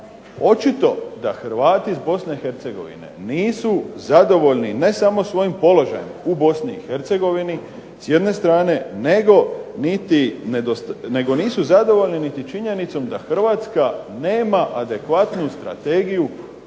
očito da Hrvati iz Bosne i Hercegovine nisu zadovoljni ne samo svojim položajem u Bosni i Hercegovini s jedne strane nego nisu zadovoljni niti činjenicom da Hrvatska nema adekvatnu strategiju